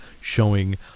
showing